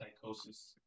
psychosis